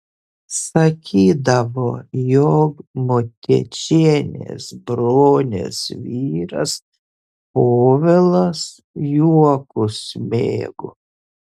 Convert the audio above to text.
sakydavo jog motiečienės bronės vyras povilas juokus mėgo